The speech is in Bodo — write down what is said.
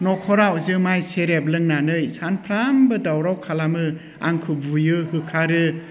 न'खराव जोमाय सेरेप लोंनानै सानफ्रोमबो दावराव खालामो आंखौ बुयो होखारो